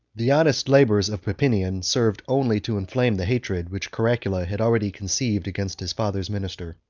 the honest labors of papinian served only to inflame the hatred which caracalla had already conceived against his father's minister.